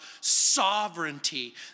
sovereignty